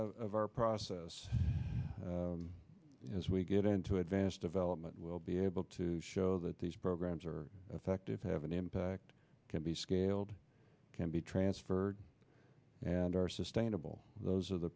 of our process as we get into advanced development we'll be able to show that these programs are effective have an impact can be scaled can be transferred and are sustainable those are the